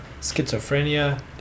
schizophrenia